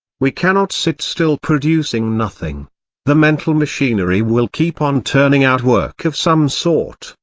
we cannot sit still producing nothing the mental machinery will keep on turning out work of some sort,